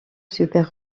super